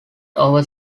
over